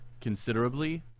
considerably